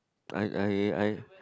I I I